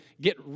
get